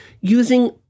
using